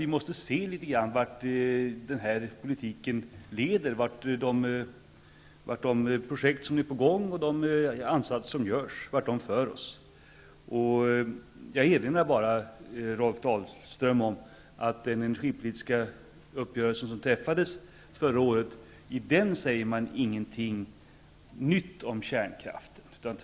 Vi måste se litet grand vart den här politiken leder och vart de projekt som är på gång och de ansatser som görs för oss. Jag erinrar bara om att det i den energipolitiska uppgörelse som träffades inte sägs något nytt om kärnkraften.